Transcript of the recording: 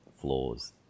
flaws